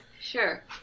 Sure